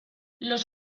los